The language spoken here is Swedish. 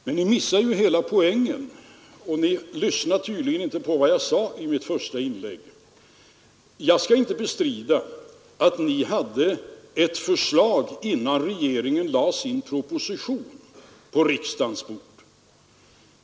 Men de missar ju hela poängen och lyssnade tydligen inte på vad jag sade i mitt första inlägg. Jag skall inte bestrida att ni hade ett förslag innan regeringen lade sin proposition på riksdagens bord.